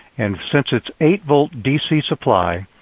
and since it's eight v dc supply,